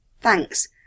Thanks